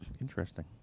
Interesting